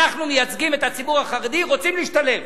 אנחנו, מייצגים את הציבור החרדי, רוצים להשתלב.